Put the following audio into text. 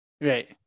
right